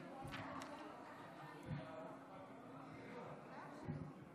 שלא נפריע לו בשנ"ץ.